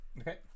Okay